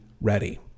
ready